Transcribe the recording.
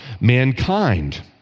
mankind